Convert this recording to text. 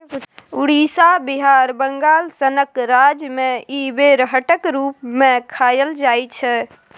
उड़ीसा, बिहार, बंगाल सनक राज्य मे इ बेरहटक रुप मे खाएल जाइ छै